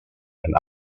and